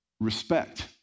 respect